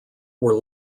were